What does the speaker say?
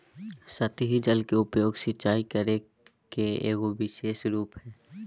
सतही जल के उपयोग, सिंचाई करे के एगो विशेष रूप हइ